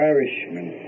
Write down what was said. Irishman